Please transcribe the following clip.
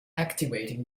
activating